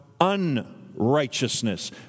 unrighteousness